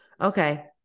okay